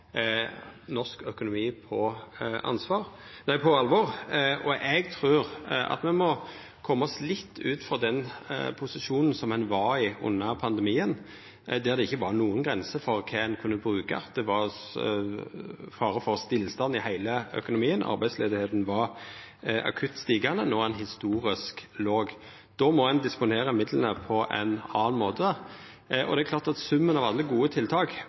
norsk økonomi på alvor. Eg trur me må koma oss litt ut frå den posisjonen ein var i under pandemien, der det ikkje var nokon grenser for kva ein kunne bruka. Det var fare for stillstand i heile økonomien. Arbeidsløysa var akutt stigande. No er ho historisk låg. Då må ein disponera midlane på ein annan måte. Det er klart at summen av alle gode tiltak